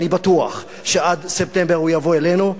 ואני בטוח שעד ספטמבר הוא יבוא אלינו,